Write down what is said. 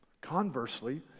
Conversely